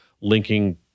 linking